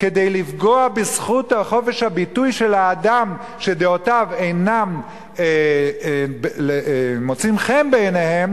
כדי לפגוע בזכות חופש הביטוי של אדם שדעותיו אינן מוצאות חן בעיניה,